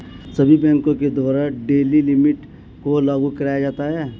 सभी बैंकों के द्वारा डेली लिमिट को लागू कराया जाता है